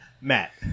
Matt